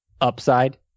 upside